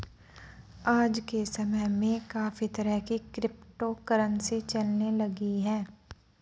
आज के समय में काफी तरह की क्रिप्टो करंसी चलने लगी है